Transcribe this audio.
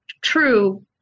true